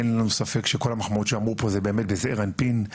אין לנו ספק שכל המחמאות שאמרו פה זה באמת בזעיר אנפין,